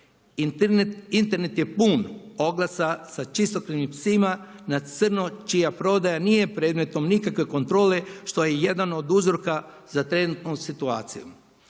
Internet je pun oglasa sa čistokrvnim psima na crno čija prodaja nije predmetom nikakve kontrole što je jedan od uzroka za trenutnu situaciju.